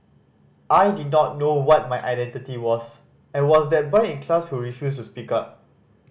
I did not know what my identity was and was that boy in class who refused to speak up